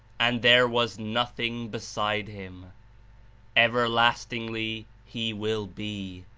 and there was nothing beside him everlastingly he will be,